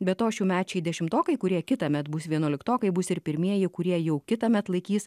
be to šiųmečiai dešimtokai kurie kitąmet bus vienuoliktokai bus ir pirmieji kurie jau kitąmet laikys